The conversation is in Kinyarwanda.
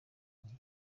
ndi